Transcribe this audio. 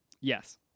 Yes